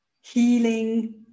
healing